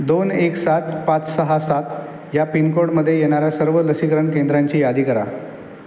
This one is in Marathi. दोन एक सात पाच सहा सात ह्या पिनकोडमध्ये येणाऱ्या सर्व लसीकरण केंद्रांची यादी करा